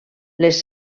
les